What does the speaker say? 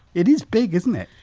it is big isn't it?